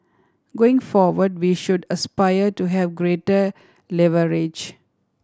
going forward we should aspire to have greater leverage